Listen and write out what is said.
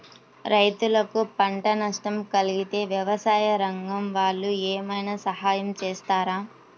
రైతులకు పంట నష్టం కలిగితే వ్యవసాయ రంగం వాళ్ళు ఏమైనా సహాయం చేస్తారా?